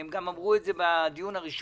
הם גם אמרו את זה בדיון הראשון.